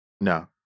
No